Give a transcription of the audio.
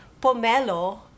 pomelo